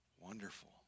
wonderful